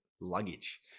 luggage